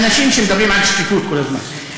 אנשים שמדברים על שקיפות כל הזמן.